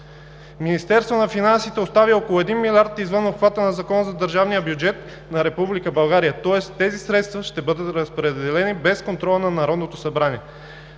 Министерство на финансите остави около един милиард извън обхвата на Закона за държавния бюджет на Република България, тоест тези средства ще бъдат разпределени без контрола на Народното събрание.